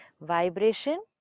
Vibration